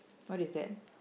what is that